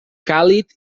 càlid